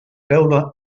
teula